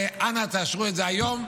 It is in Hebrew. אנא תאשרו את זה היום.